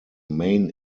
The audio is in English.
main